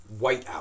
whiteout